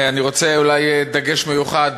אני רוצה, אולי, דגש מיוחד,